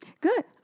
Good